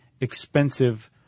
expensive